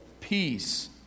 peace